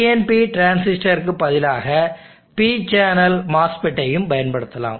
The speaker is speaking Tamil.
PNP டிரான்சிஸ்டருக்கு பதிலாக Pசேனல் மோஸ்ஃபெட்டையும் பயன்படுத்தலாம்